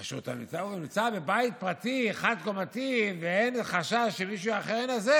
כאשר אתה נמצא בבית פרטי חד-קומתי ואין חשש שמישהו אחר יינזק,